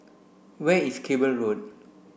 where is Cable Road